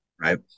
Right